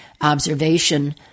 observation